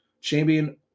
Champion